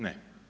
Ne.